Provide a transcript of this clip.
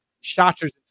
shatters